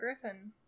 griffin